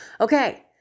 okay